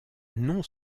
non